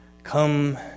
Come